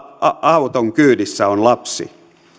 auton kyydissä on lapsi